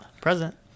Present